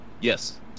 Yes